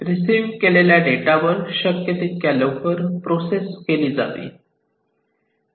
receive केलेल्या डेटावर शक्य तितक्या लवकर प्रोसेस केली जावी